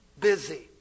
busy